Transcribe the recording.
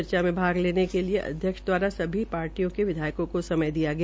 चर्चा में भाग लेने के लिए अध्यक्ष द्वारा सभी पार्टियों के विधायकों को समय दिया गया